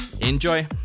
Enjoy